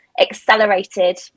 accelerated